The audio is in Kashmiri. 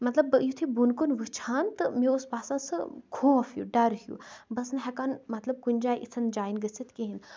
مطلب بہٕ یُتھٕے بۄنکُن وٕچھان تہٕ مےٚ اوس باسان سُہ خوف ہیوٗ ڈر ہیوٗ بہٕ ٲسس نہٕ ہیٚکان مطلب کُنہِ جایہِ یِژھن جاین گٔژھتھ کہینۍ